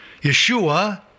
Yeshua